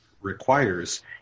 requires